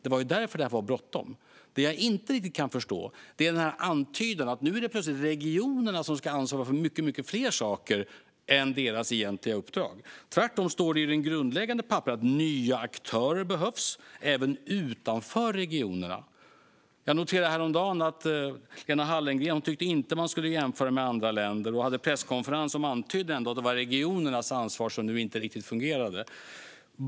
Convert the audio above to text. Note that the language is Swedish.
Det var därför det var bråttom. Det jag inte riktigt kan förstå är antydan om att det nu plötsligt är regionerna som ska ansvara för många fler saker än vad som ingår i deras egentliga uppdrag. Tvärtom står det på det grundläggande papperet att nya aktörer behövs, även utanför regionerna. Jag noterade häromdagen att Lena Hallengren inte tyckte att man skulle jämföra med andra länder. Hon hade en presskonferens där det antyddes att det var regionernas ansvar som nu inte riktigt fungerade.